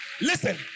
listen